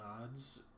nods